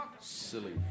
Silly